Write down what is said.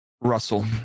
Russell